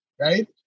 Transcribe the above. right